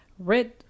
Red